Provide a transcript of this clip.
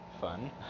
fun